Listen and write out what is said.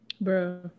Bro